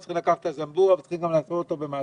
הם צריכים לקחת לו את הזמבורה וצריך גם לשים אותו במעצר.